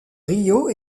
rio